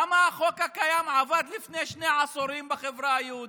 למה החוק הקיים עבד לפני שני עשורים בחברה היהודית,